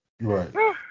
Right